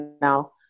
now